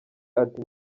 ati